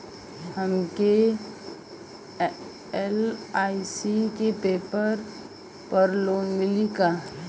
हमके एल.आई.सी के पेपर पर लोन मिली का?